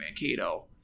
Mankato